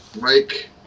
Mike